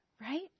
Right